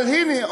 אבל הנה,